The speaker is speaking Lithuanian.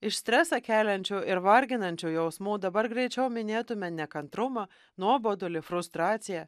iš stresą keliančių ir varginančių jausmų dabar greičiau minėtumėme nekantrumą nuobodulį frustraciją